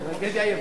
טרגדיה יוונית,